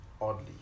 Oddly